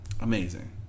Amazing